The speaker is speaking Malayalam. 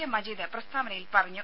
എ മജീദ് പ്രസ്താവനയിൽ പറഞ്ഞു